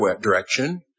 direction